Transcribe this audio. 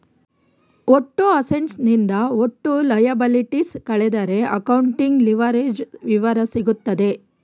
ಒಟ್ಟು ಅಸೆಟ್ಸ್ ನಿಂದ ಒಟ್ಟು ಲಯಬಲಿಟೀಸ್ ಕಳೆದರೆ ಅಕೌಂಟಿಂಗ್ ಲಿವರೇಜ್ಡ್ ವಿವರ ಸಿಗುತ್ತದೆ